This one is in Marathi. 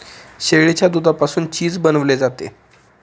शेळीच्या दुधापासून चीज बनवले जाते